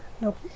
Nope